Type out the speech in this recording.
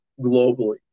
globally